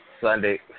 Sunday